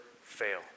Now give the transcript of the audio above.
fail